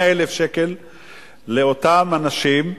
100,000 שקל לאותם אנשים,